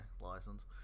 license